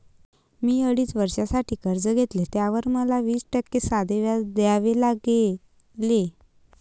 मी अडीच वर्षांसाठी कर्ज घेतले, त्यावर मला वीस टक्के साधे व्याज द्यावे लागले